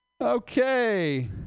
Okay